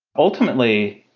ultimately,